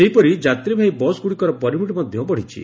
ସେହିପରି ଯାତ୍ରୀବାହୀ ବସ୍ଗୁଡ଼ିକର ପରମିଟ୍ ମଧ ବଢ଼ିଛି